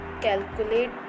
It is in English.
calculate